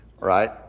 right